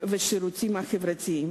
והשירותים החברתיים.